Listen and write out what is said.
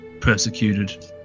persecuted